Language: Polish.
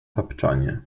tapczanie